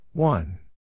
One